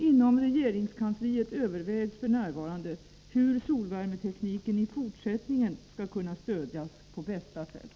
Inom regeringskansliet övervägs f. n. hur solvärmetekniken i fortsättningen skall kunna stödjas på bästa sätt.